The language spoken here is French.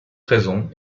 raison